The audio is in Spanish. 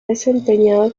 desempeñado